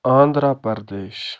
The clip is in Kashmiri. آنٛدھرا پردیش